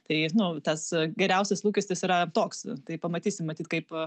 tai nu tas geriausias lūkestis yra toks tai pamatysim matyt kaip